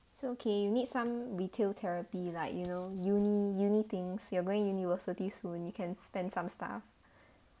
it's okay you need some retail therapy like you know uni uni things you are going university soon you can spend some stuff